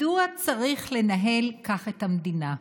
מדוע צריך לנהל כך את המדינה?